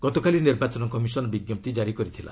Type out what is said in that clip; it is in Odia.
ଗତକାଲି ନିର୍ବାଚନ କମିଶନ୍ ବିଜ୍ଞପ୍ତି କାରି କରିଥିଲା